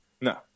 No